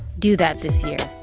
do that this year.